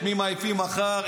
את מי מעיפים מחר,